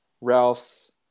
ralph's